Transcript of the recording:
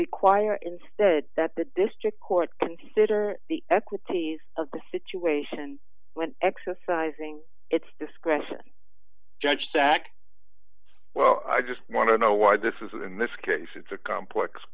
require instead that the district court consider the equities of the situation when exercising its discretion judge sack well i just want to know why this is in this case it's a complex